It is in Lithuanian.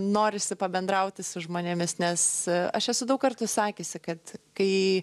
norisi pabendrauti su žmonėmis nes aš esu daug kartų sakiusi kad kai